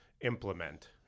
implement